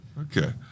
Okay